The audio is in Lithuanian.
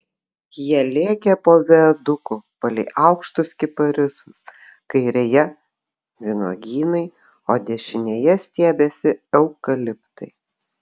jie lėkė po viaduku palei aukštus kiparisus kairėje vynuogynai o dešinėje stiebėsi eukaliptai